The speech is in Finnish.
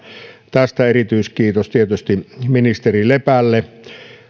tästä erityiskiitos tietysti ministeri lepälle